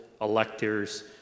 electors